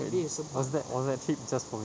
eh was that was that trip just for me